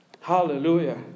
Hallelujah